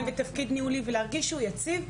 ולנסות תפקיד או שניים ניהוליים ואז להרגיש שהוא יציב,